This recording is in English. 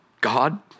God